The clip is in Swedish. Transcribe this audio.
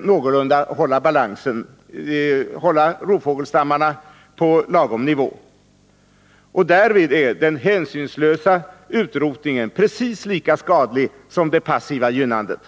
någorlunda hålla balansen och för att hålla rovfågelstammarna på lagom nivå. Därvid är den hänsynslösa utrotningen precis lika skadlig som Nr 29 det passiva gynnandet.